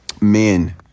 men